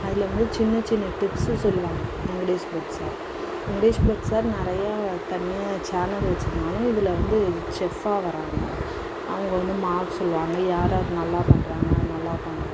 அதில் வந்து சின்ன சின்ன டிப்ஸ்சு சொல்லுவாங்க வெங்கடேஷ் பட் சார் வெங்கடேஷ் பட் சார் நிறைய தனியாக சேனல் வச்சுருந்தாலும் இதில் வந்து செஃப்பாக வராங்க அவங்க வந்து மார்க் சொல்லுவாங்க யாரார் நல்லா பண்ணுறாங்க நல்லா பண்ணலன்னு